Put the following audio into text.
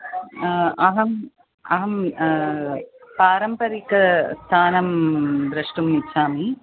अहम् अहं पारम्परिकस्थानं द्रष्टुमिच्छामि